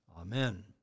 Amen